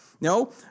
No